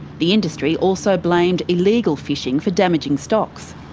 the industry also blamed illegal fishing for damaging stocks.